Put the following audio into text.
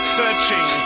searching